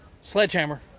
sledgehammer